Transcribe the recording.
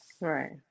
right